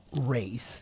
race